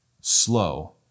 slow